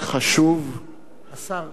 להקמת